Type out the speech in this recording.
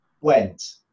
went